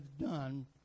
done